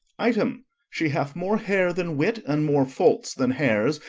item she hath more hair than wit, and more faults than hairs,